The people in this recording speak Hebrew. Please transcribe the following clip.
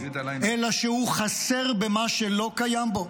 אלא שהוא חסר במה שלא קיים בו,